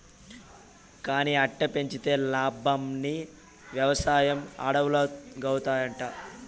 కానీ అట్టా పెంచితే లాబ్మని, వెవసాయం అడవుల్లాగౌతాయంట